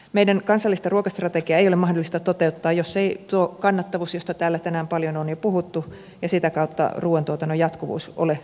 meidän kansallista ruokastrategiaa ei ole mahdollista toteuttaa jos ei tuo kannattavuus josta täällä tänään paljon on jo puhuttu ja sitä kautta ruuantuotannon jatkuvuus ole turvattuna